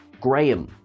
Graham